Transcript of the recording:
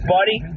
Buddy